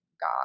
God